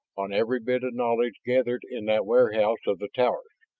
on every bit of knowledge gathered in that warehouse of the towers.